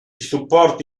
supporti